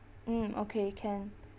mm okay can